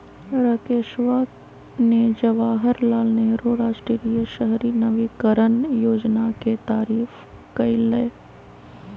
राकेशवा ने जवाहर लाल नेहरू राष्ट्रीय शहरी नवीकरण योजना के तारीफ कईलय